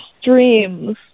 streams